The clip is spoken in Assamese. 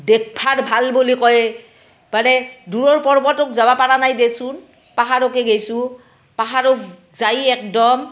দেখবাৰ ভাল বুলি কয় মানে দূৰৰ পৰ্বতক যাবপৰা নাই দেচোন পাহাৰকে গৈছোঁ পাহাৰক যাই একদম